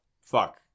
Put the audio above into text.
Fuck